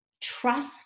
trust